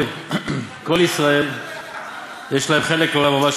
"כל ישראל יש להם חלק בעולם הבא,